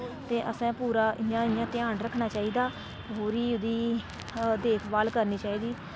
ते असें पूरा इ'यां इ'यां ध्यान रक्खना चाहिदा पूरी ओह्दी देखभाल करनी चाहिदी